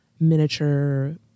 miniature